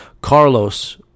Carlos